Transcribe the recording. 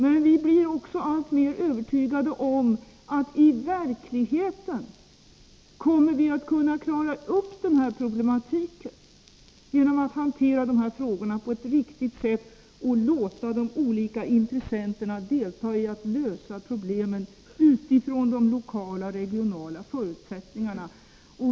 Men vi blir också alltmer övertygade om att vi verkligen kommer att kunna klara den här problematiken, om vi bara hanterar frågorna på ett riktigt sätt och låter de olika intressenterna delta vid lösningen av problemen med hänsyn till de lokala och regionala förutsättningarna.